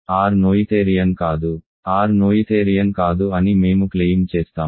R Noetherian కాదు R Noetherian కాదు అని మేము క్లెయిమ్ చేస్తాము